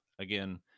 again